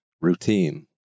routine